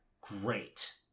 Great